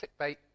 clickbait